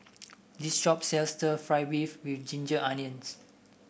this shop sells stir fry beef with Ginger Onions